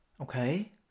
okay